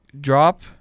drop